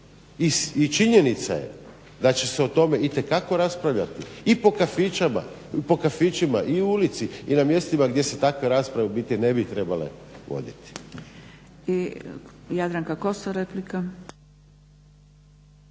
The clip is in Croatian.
I činjenica je da će se o tome itekako raspravljati i po kafićima i u ulici i na mjestima gdje se u biti takve rasprave ne bi trebale voditi.